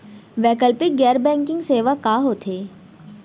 वैकल्पिक गैर बैंकिंग सेवा का होथे?